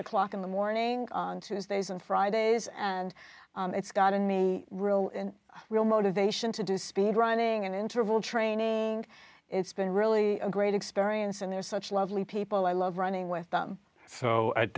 o'clock in the morning on tuesdays and fridays and it's gotten me a real motivation to do speed running and interval training it's been really a great experience and they're such lovely people i love running with them so at